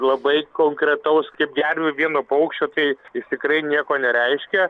labai konkretaus kaip gervių vieno paukščio tai jis tikrai nieko nereiškia